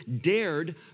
dared